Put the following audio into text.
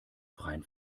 freien